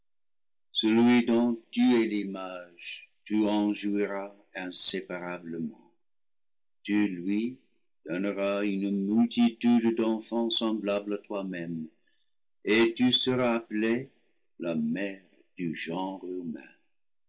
celui dont tu es l'image tu en jouiras inséparablement tu lui donneras une multitude d'en fants semblables à toi-même et tu seras appelée la mère du genre humain